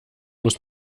muss